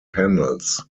panels